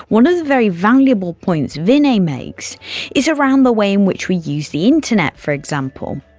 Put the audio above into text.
one of the very valuable points vinay makes is around the way in which we use the internet, for example.